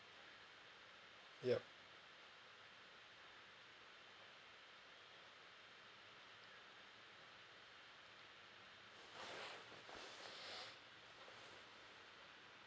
ya